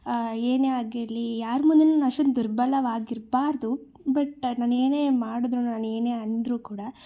ಏನೇ ಆಗಿರಲಿ ಯಾರ ಮುಂದೆಯು ನಾ ಅಷ್ಟೊಂದು ದುರ್ಬಲವಾಗಿರಬಾರದು ಬಟ್ ನಾನು ಏನೇ ಮಾಡಿದ್ರು ನಾನು ಏನೇ ಅಂದರು ಕೂಡ